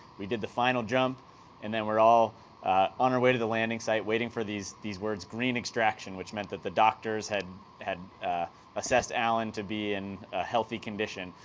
we did the final jump and then we're all on our way to the landing site waiting for these these words, green extraction, which meant that the doctors had had assessed alan to be in a healthy condition.